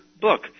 book